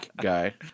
guy